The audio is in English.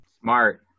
Smart